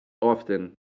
often